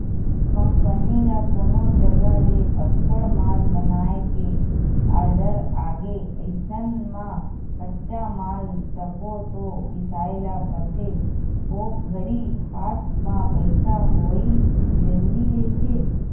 company ल कोनो जघा ले अब्बड़ माल बनाए के आरडर आगे अइसन म कच्चा माल तको तो बिसाय ल परथे ओ घरी हात म पइसा होवई जरुरी रहिथे